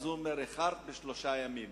אז הוא אמר: איחרת בשלושה ימים.